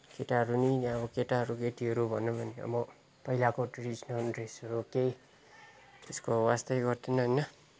केटाहरू नि अब केटाहरू केटीहरू भनौँ भने अब पहिलाको ट्रेडिसनेल ड्रेसहरू केही त्यसको वास्तै गर्दैन होइन